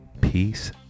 Peace